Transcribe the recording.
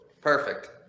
Perfect